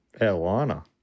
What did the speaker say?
airliner